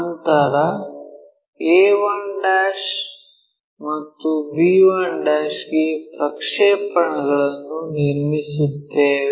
ನಂತರ a1 ಮತ್ತು b1 ನಿಂದ ಪ್ರಕ್ಷೇಪಣಗಳನ್ನು ನಿರ್ಮಿಸುತ್ತೇವೆ